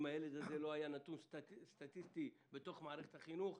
אם הילד לא היה נתון סטטיסטי בתוך מערכת החינוך,